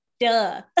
Duh